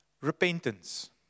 repentance